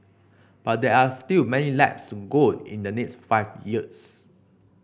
but there are still many laps to go in the next five years